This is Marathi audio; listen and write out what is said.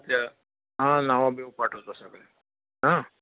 त्या हा नावं बिवं पाठवतो सगळी हां